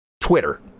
Twitter